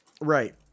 right